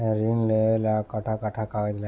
ऋण लेवेला कट्ठा कट्ठा कागज लागी?